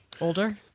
Older